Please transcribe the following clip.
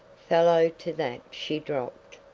fellow to that she dropped.